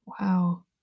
Wow